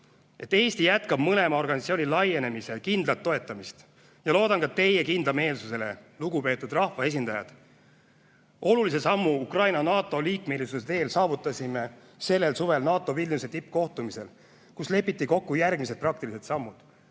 et Eesti jätkab mõlema organisatsiooni laienemise kindlat toetamist, ja loodan ka teie kindlameelsusele, lugupeetud rahvaesindajad. Olulise sammu Ukraina NATO-liikmesuse teel saavutasime sellel suvel NATO Vilniuse tippkohtumisel, kus lepiti kokku järgmised praktilised sammud.